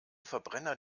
verbrenner